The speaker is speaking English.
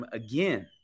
again